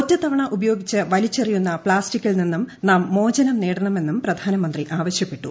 ഒറ്റത്തവണ ഉപയോഗിച്ച് വലിച്ചെറിയുന്ന പ്ലാസ്റ്റിക്കിൽ നിന്നും നാം മോചനം നേടണമെന്നും പ്രധാനമന്ത്രി ആവശ്യപ്പെട്ടു